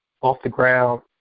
off-the-ground